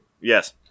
Yes